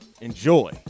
enjoy